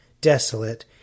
desolate